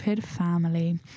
family